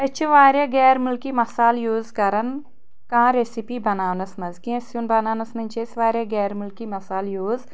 أسۍ چھِ واریاہ غیر مُلکی مَسال یوٗز کَران کانٛہہ ریسِپی بَناونَس منٛز کیٚنٛہہ سِیُن بَناونَس منٛز چھِ أسۍ واریاہ غیر مُلکی مَسال یوٗز